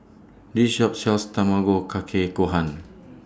This Shop sells Tamago Kake Gohan